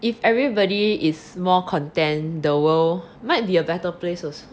if everybody is more content the world might be a better place also